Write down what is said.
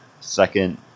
second